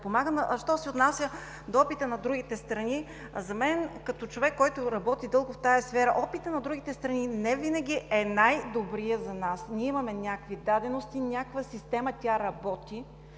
Що се отнася до опита на другите страни, за мен, като човек, който работи дълго в тази сфера, опитът на другите страни не винаги е най-добрият за нас. Ние имаме някакви дадености, някаква система. Тя работи.